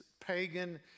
pagan